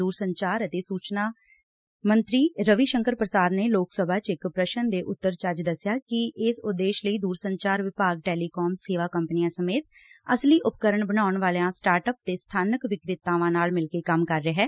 ਦੁਰਸੰਚਾਰ ਅਤੇ ਸੁਚਨਾ ਮੰਤਰੀ ਰਵੀ ਸ਼ੰਕਰ ਪ੍ਰਸ਼ਾਦ ਨੇ ਲੋਕ ਸਭਾ ਚ ਇਕ ਪ੍ਰਸ਼ਨ ਦੇ ਉਤਰ ਚ ਅੱਜ ਦਸਿਆ ਕਿ ਇਸ ਉਦੇਸ਼ ਲਈ ਦੂਰਸੰਚਾਰ ਵਿਭਾਗ ਟੈਲੀਕਾਮ ਸੇਵਾ ਕੰਪਨੀਆ ਸਮੇਤ ਅਸਲੀ ਉਪਕਰਨ ਬਣਾਉਣ ਵਾਲਿਆਂ ਸਟਾਰਟ ਅਪ ਤੇ ਸਬਾਨਕ ਵਿਕਰੇਤਾਵਾਂ ਨਾਲ ਮਿਲ ਕੇ ਕੰਮ ਕਰ ਰਿਹੈ